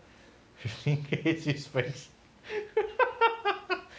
fifteen K swiss francs